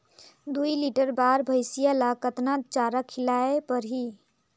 दुई लीटर बार भइंसिया ला कतना चारा खिलाय परही?